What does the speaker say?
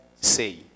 say